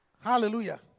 Hallelujah